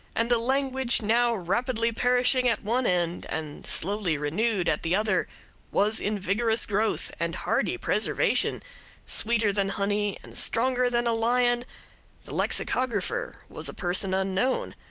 and the language now rapidly perishing at one end and slowly renewed at the other was in vigorous growth and hardy preservation sweeter than honey and stronger than a lion the lexicographer was a person unknown,